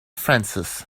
francis